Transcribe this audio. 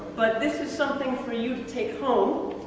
but this is something for you to take home.